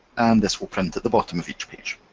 and this will print at the bottom of each page.